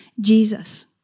Jesus